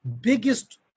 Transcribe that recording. biggest